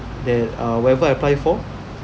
that uh wherever I apply for